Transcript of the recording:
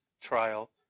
trial